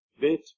bit